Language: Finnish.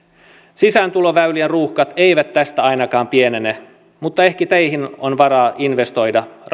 sisääntuloväylien ruuhkat eivät tästä ainakaan pienene mutta ehkä teihin on varaa investoida